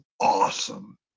awesome